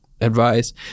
advice